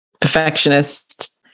perfectionist